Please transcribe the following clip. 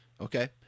Okay